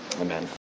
Amen